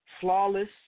Flawless